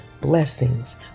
blessings